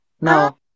No